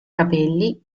capelli